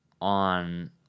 on